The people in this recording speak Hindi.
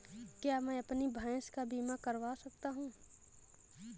क्या मैं अपनी भैंस का बीमा करवा सकता हूँ?